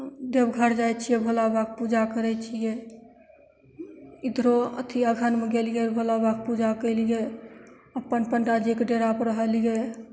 देवघर जाइ छियै भोला बाबाके पूजा करय छियै इधरो अथी अगहनमे गेलियै भोला बाबाके पूजा कयलिए अपन पण्डा जीके डेरापर रहलियै